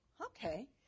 okay